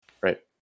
right